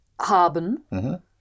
Haben